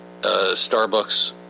Starbucks